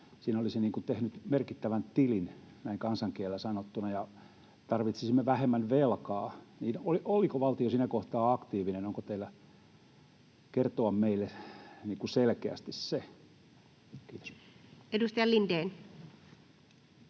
siinä olisi tehnyt merkittävän tilin näin kansankielellä sanottuna, ja tarvitsisimme vähemmän velkaa. Oliko valtio siinä kohtaa aktiivinen? Onko teillä kertoa meille selkeästi se? — Kiitos. Edustaja Lindén.